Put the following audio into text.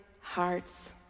hearts